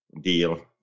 deal